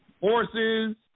horses